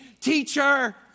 teacher